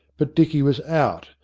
but dicky was out,